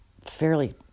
fairly